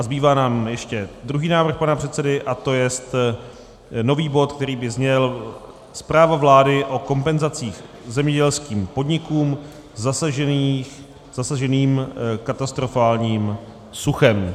Zbývá nám ještě druhý návrh pana předsedy a to jest nový bod, který by zněl Zpráva vlády o kompenzacích zemědělským podnikům zasaženým katastrofálním suchem.